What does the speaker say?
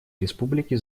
республики